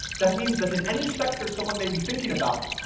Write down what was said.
that means that in any sector someone may be thinking about,